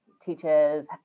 Teachers